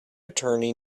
attorney